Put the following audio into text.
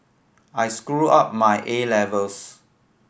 I screwed up my A levels